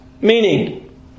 Meaning